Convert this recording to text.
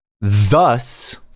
Thus